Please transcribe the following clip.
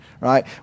right